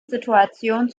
situation